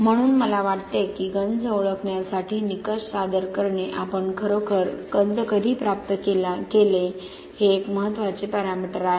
म्हणून मला वाटते की गंज ओळखण्यासाठी निकष सादर करणे आपण खरोखर गंज कधी प्राप्त केली हे एक महत्त्वाचे पॅरामीटर आहे